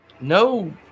no